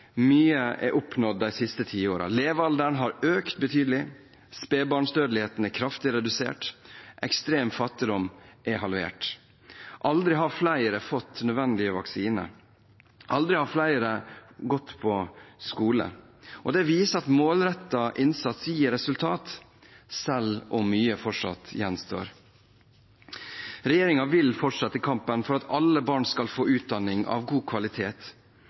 Mye er oppnådd de siste tiårene. Levealderen har økt betydelig. Spedbarnsdødeligheten er kraftig redusert. Ekstrem fattigdom er halvert. Aldri har flere fått de nødvendige vaksiner. Aldri har flere gått på skole. Det viser at målrettet innsats gir resultater, selv om mye fortsatt gjenstår. Regjeringen vil fortsette kampen for at alle barn skal få utdanning av god kvalitet.